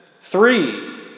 Three